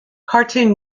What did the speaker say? cartoon